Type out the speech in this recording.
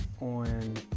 on